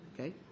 Okay